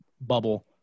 bubble